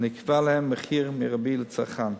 ונקבע להן מחיר מרבי לצרכן.